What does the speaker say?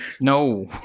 No